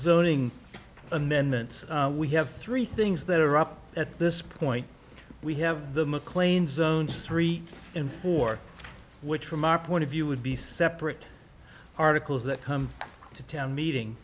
zoning amendments we have three things that are up at this point we have the mcclane zones three and four which from our point of view would be separate articles that come to town meeting